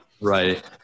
right